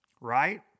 right